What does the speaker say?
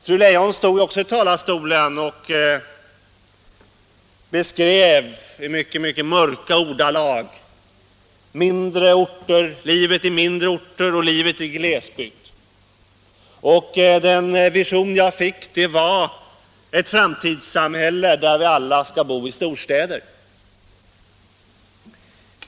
Fru Leijon beskrev i mycket mörka ordalag livet i mindre orter och livet i glesbygd. Den vision jag fick var ett framtidssamhälle där vi alla skall bo i storstäder.